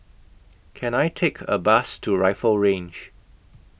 Can I Take A Bus to Rifle Range